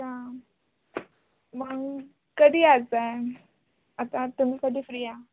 अच्छा मग कधी यायचं आहे आता तुम्ही कधी फ्री आ